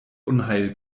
unheil